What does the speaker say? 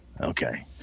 Okay